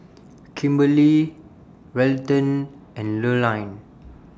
Kimberley Welton and Lurline